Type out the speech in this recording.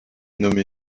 nommé